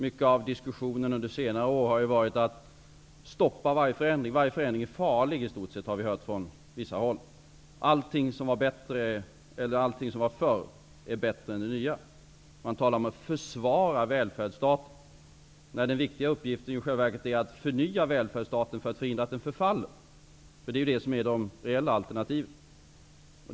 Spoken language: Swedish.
Mycket av diskussionen under senare år har gällt att stoppa varje förändring. Vi har från vissa håll hört att i stort sett varje förändring är farlig. Allt förr var bättre än det nya. Man talade om att försvara välfärdsstaten. Den viktiga uppgiften är i själva verket att förnya välfärdsstaten för att förhindra att den förfaller. Det är de reella alternativen.